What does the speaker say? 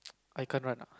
I can't run ah